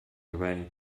away